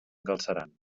galceran